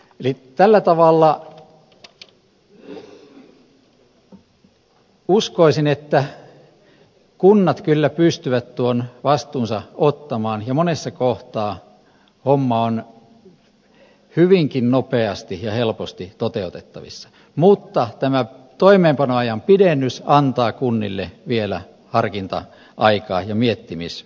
eli tällä tavalla uskoisin että kunnat kyllä pystyvät tuon vastuunsa ottamaan ja monessa kohtaa homma on hyvinkin nopeasti ja helposti toteutettavissa mutta tämä toimeenpanoajan pidennys antaa kunnille vielä harkinta aikaa ja miettimisaikaa